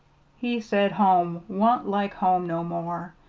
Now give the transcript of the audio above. he said home wan't like home no more.